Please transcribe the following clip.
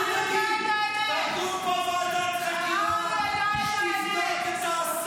אתם חבורה של פחדנים -- תפסיק להגן על האליטות.